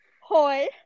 Hoi